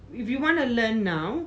if you want to learn now